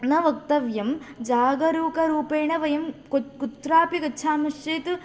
न वक्तव्यं जागरूकरूपेण वयं कु कुत्रापि गच्छेमश्चेत्